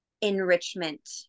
enrichment